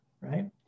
right